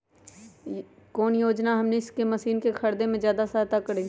कौन योजना हमनी के मशीन के खरीद में ज्यादा सहायता करी?